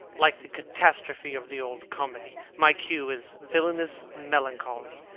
like the catastrophe of the old comedy my cue is villainous melancholy,